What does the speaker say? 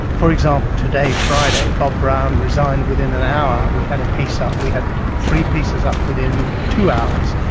for example, today, friday, bob brown resigned within an hour we had a piece up, we had three pieces up within two hours.